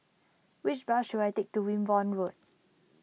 which bus should I take to Wimborne Road